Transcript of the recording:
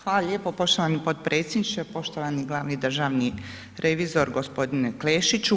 Hvala lijepa poštovani potpredsjedniče, poštovani glavni državni revizor gospodine Klešiću.